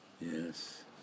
Yes